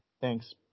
Thanks